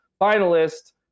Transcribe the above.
finalist